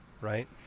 right